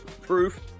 proof